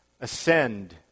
ascend